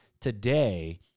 today